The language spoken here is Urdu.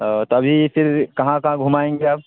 تو ابھی پھر کہاں کہاں گھمائیں گے آپ